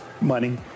Money